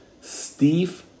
Steve